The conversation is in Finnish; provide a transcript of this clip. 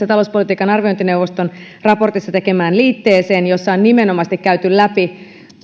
talouspolitiikan arviointineuvoston raporttiin tekemään liitteeseen jossa on nimenomaisesti käyty läpi